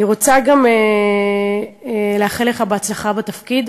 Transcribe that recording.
אני רוצה גם לאחל לך הצלחה בתפקיד,